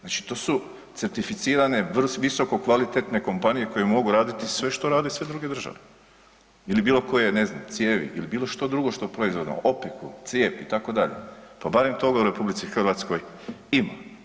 Znači to su certificirane, visoko kvalitetne kompanije koje mogu raditi sve što rade i sve druge države ili bilokoje ne znam, cijevi ili bilo što drugo što proizvodimo, opeku, crijep itd., pa barem to u RH ima.